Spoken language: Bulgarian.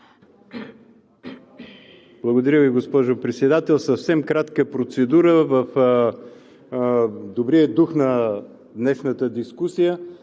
Благодаря, госпожо Председател. Съвсем кратка процедура. В добрия дух на днешната дискусия